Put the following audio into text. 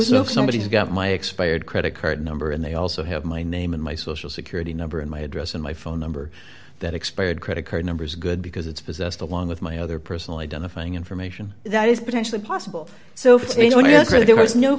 know somebody has got my expired credit card number and they also have my name and my social security number and my address and my phone number that expired credit card numbers are good because it's possessed along with my other personal identifying information that is potentially possible so